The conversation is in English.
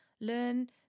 learn